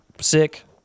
sick